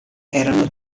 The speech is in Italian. erano